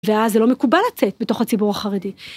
ואז זה לא מקובל לצאת בתוך הציבור החרדי.